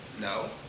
No